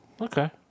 Okay